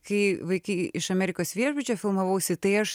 kai vaikai iš amerikos viešbučio filmavausi tai aš